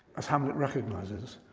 as hamlet recognizes,